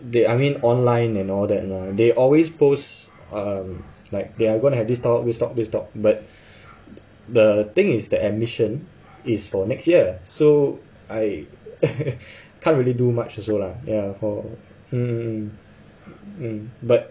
they I mean online and all that lah they always post um like they're gonna have this talk this talk this talk but the thing is the admission is for next year so I can't really do much also lah ya for mm mm